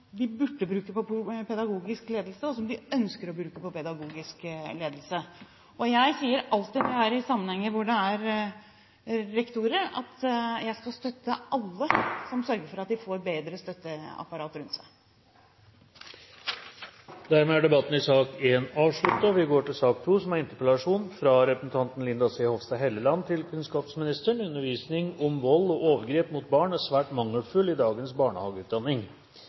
de burde bruke på pedagogisk ledelse, og som de ønsker å bruke på pedagogisk ledelse. Jeg sier alltid når jeg er i sammenhenger hvor det er rektorer, at jeg skal støtte alle som sørger for at de får bedre støtteapparat rundt seg. Dermed er debatten i sak nr. 1 avsluttet. Alle barn har rett til en trygg og god oppvekst. Å ta vare på barna våre er en av samfunnets viktigste oppgaver. Å ta ansvar for det er